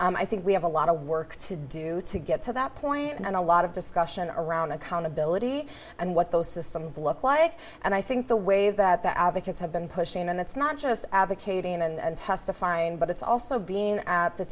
and i think we have a lot of work to do to get to that point and a lot of discussion around accountability and what those systems look like and i think the way that the advocates have been pushing and it's not just advocating and testifying but it's also being at the